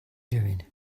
doing